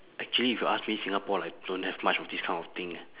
actually if you ask me singapore like don't have much of this kind of thing eh